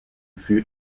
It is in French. fut